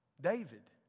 David